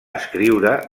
escriure